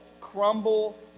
crumble